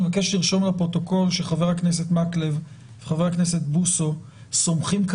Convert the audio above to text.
אני מבקש לרשום לפרוטוקול שחבר הכנסת מקלב וחבר הכנסת בוסו סומכים,